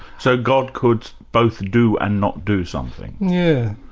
so god could both do and not do something? yeah